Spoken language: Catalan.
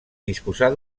disposar